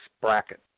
bracket